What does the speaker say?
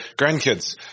grandkids